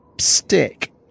stick